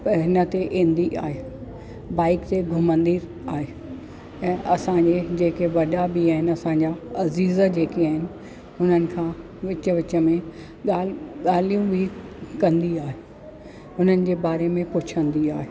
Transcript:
त हिन ते ईंदी आहे बाइक ते घुमंदी आहे ऐं असांखे जेके वॾा बि आहिनि असांजा अज़ीज जेके आहिनि उन्हनि खां विच विच में ॻाल्हि ॻाल्हियूं बि कंदी आहे उन्हनि जे बारे में पुछंदी आहे